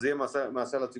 אז זה יהיה מהסל הציבורי.